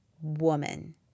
woman